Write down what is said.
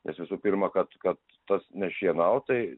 nes visų pirma kad kad tas nešienaut tai